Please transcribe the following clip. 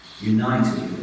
United